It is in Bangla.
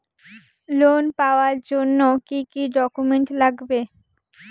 লোন পাওয়ার জন্যে কি কি ডকুমেন্ট লাগবে?